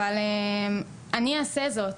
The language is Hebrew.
אבל אני אעשה זאת,